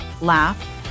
laugh